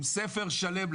עם ספר שלום,